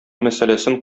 мәсьәләсен